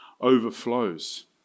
overflows